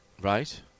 Right